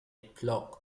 plug